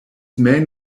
main